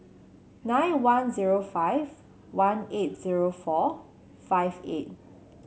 nine one zero five one eight zero four five eight